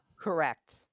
Correct